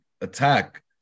attack